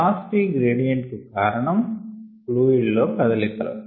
velocity gradient కు కారణం fluid లో కదలికలు